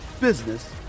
business